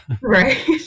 right